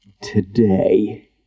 today